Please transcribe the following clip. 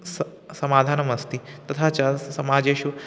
स समाधानम् अस्ति तथा च स् समाजेषु